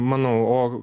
mano o